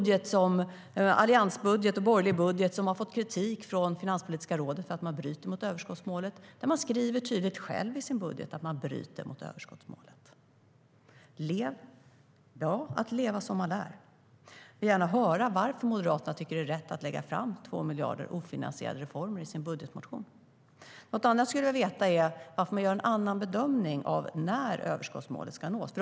Den borgerliga alliansbudgeten har fått kritik från Finanspolitiska rådet för att man bryter mot överskottsmålet. Man skriver tydligt själv i sin budget att man bryter mot överskottsmålet. Det handlar om att leva som man lär. Jag vill gärna höra varför Moderaterna tycker att det är rätt att lägga fram förslag om ofinansierade reformer för 2 miljarder i sin budgetmotion. Något annat jag skulle vilja veta är varför man gör en annan bedömning av när överskottsmålet ska nås.